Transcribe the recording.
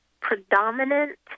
predominant